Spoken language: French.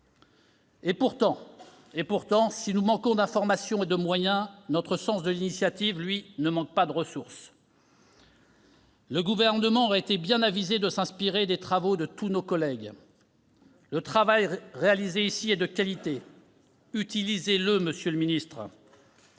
Pourtant, si nous manquons d'informations et de moyens, notre sens de l'initiative, lui, ne manque pas de ressources. Le Gouvernement aurait été bien avisé de s'inspirer des travaux de tous nos collègues. Le travail réalisé ici est de qualité. Utilisez-le, monsieur le ministre